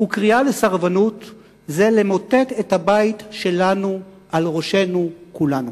וקריאה לסרבנות זה למוטט את הבית שלנו על ראש כולנו.